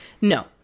no